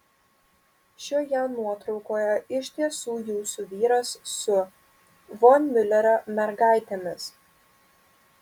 šioje nuotraukoje iš tiesų jūsų vyras su von miulerio mergaitėmis